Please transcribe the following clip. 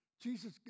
Jesus